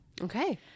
okay